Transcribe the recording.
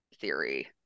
theory